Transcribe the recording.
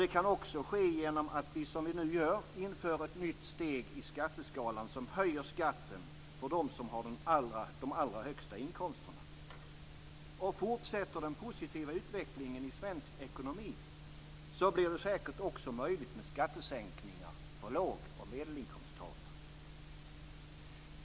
Det kan också ske genom att vi, som vi nu gör, inför ett nytt steg i skatteskalan som innebär att skatten höjs för dem som har de allra högsta inkomsterna. Om den positiva utvecklingen i svensk ekonomi fortsätter, blir det säkert också möjligt med skattesänkningar för låg och medelinkomsttagare.